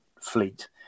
fleet